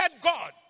God